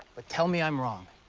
but tell me i am wrong.